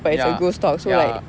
ya ya